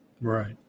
right